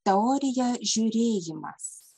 teorija žiūrėjimas